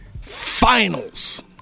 Finals